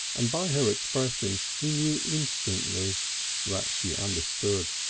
and by her expression he knew instantly that she understood.